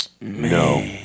No